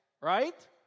right